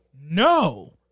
No